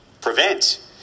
prevent